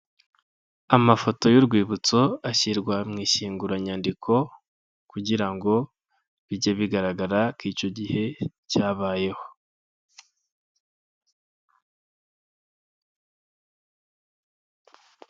Amafoto y'urwibutso, ashyirwa mu ishyinguranyandiko kugira ngo bijye bigaragara ko icyo gihe, cyabayeho.